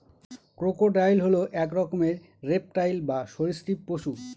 crocodile হল এক রকমের রেপ্টাইল বা সরীসৃপ পশু